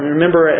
Remember